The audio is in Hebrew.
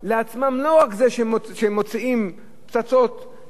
לא רק זה שמוציאים פצצות מתקתקות